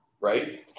right